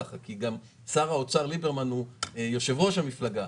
כי שר האוצר ליברמן הוא יושב-ראש המפלגה.